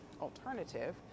alternative